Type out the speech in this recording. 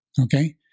okay